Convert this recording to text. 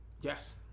yes